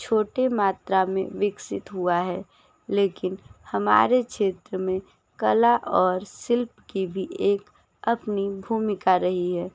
छोटे मात्रा में विकसित हुआ है लेकिन हमारे क्षेत्र में कला और शिल्प की भी एक अपनी भूमिका रही है